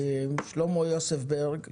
שלמה יוספסברג,